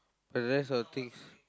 but that's our things